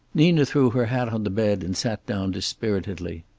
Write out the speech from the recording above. nina threw her hat on the bed and sat down dispiritedly.